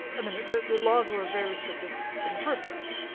i mean, the laws were very restrictive in the first place,